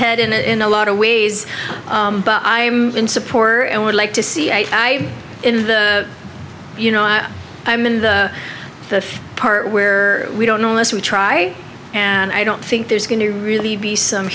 head and in a lot of ways but i'm in support i would like to see a guy in the you know i am in the the part where we don't know unless we try and i don't think there's going to really be some